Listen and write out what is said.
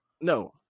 No